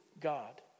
God